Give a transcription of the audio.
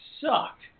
sucked